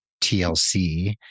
TLC